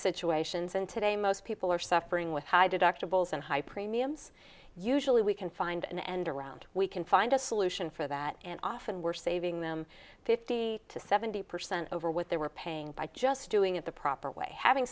situations and today most people are suffering with high deductibles and high premiums usually we can find an end around we can find a solution for that and often we're saving them fifty to seventy percent over what they were paying by just doing it the proper way having